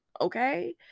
Okay